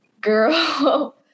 girl